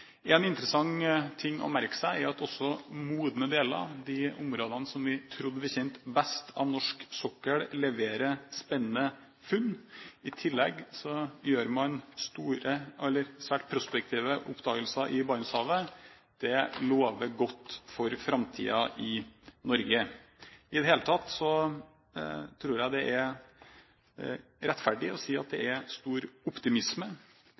En interessant ting å merke seg er at også modne deler, de områdene som vi trodde vi kjente best på norsk sokkel, leverer spennende funn. I tillegg gjør man store eller svært prospektive oppdagelser i Barentshavet. Det lover godt for framtiden i Norge. I det hele tatt tror jeg det er rettferdig å si at det er stor optimisme.